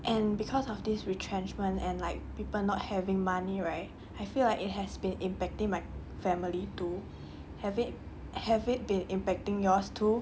and cause of this retrenchment and like people not having money right I feel like it has been impacting my family too have it have it been impacting yours too